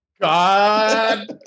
God